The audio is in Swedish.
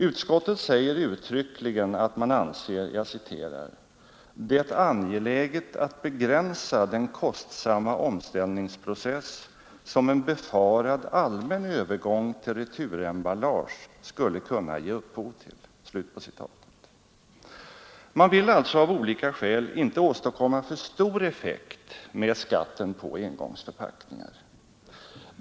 Utskottet skriver uttryckligen: ”Utskottet har härvid ansett det angeläget att begränsa den kostsamma omställningsprocess som en befarad allmän övergång till returemballage skulle kunna ge upphov till.” Man vill alltså av olika skäl inte åstadkomma för stor effekt med skatten på engångsförpackningarna.